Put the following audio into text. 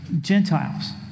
Gentiles